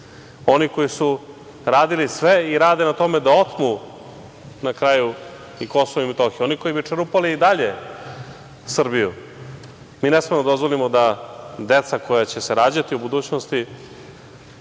oni koji su radili sve i rade na tome da otmu na kraju i Kosovo i Metohiju, oni koji bi čerupali i dalje Srbiju. Mi ne smemo da dozvolimo da deca koja će se rađati u budućnosti